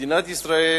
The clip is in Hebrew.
מדינת ישראל